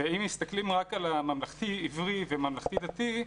אם מסתכלים רק על הממלכתי עברי וממלכתי דתי,